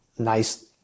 nice